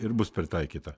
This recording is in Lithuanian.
ir bus pritaikyta